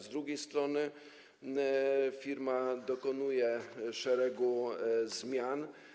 Z drugiej strony firma dokonuje szeregu zmian.